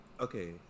okay